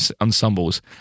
ensembles